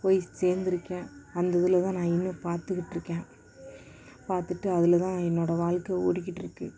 போய் சேர்ந்துருக்கேன் அந்த ஊரில் தான் நான் இன்றும் பார்த்துக்கிட்ருக்கேன் பார்த்துட்டு அதில் தான் என்னோடய வாழ்க்கை ஓடிக்கிட்டுருக்கு